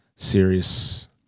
Serious